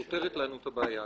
פותרת לנו את הבעיה?